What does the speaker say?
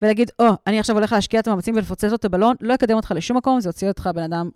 ולהגיד, או, אני עכשיו הולך להשקיע את המאמצים ולפוצץ לו את הבלון, לא יקדם אותך לשום מקום, זה יוציא אותך בן אדם.